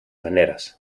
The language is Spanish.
maneras